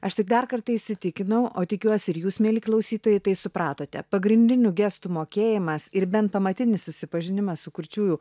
aš tik dar kartą įsitikinau o tikiuosi ir jūs mieli klausytojai tai supratote pagrindinių gestų mokėjimas ir bent pamatinis susipažinimas su kurčiųjų